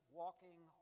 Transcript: walking